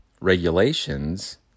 regulations